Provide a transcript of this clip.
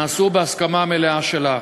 נעשו בהסכמה מלאה שלה.